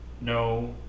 no